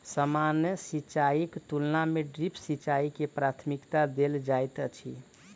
सामान्य सिंचाईक तुलना मे ड्रिप सिंचाई के प्राथमिकता देल जाइत अछि